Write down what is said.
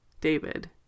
David